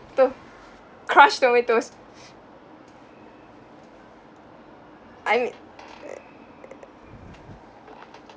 to crush tomatoes I err